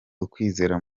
ukwizera